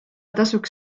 tasuks